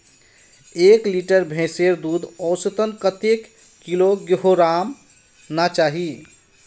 एक लीटर भैंसेर दूध औसतन कतेक किलोग्होराम ना चही?